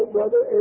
Brother